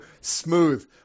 Smooth